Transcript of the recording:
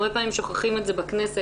הרבה פעמים שוכחים את זה בכנסת.